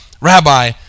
rabbi